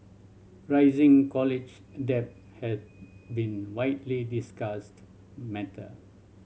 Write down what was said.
rising college debt has been widely discussed matter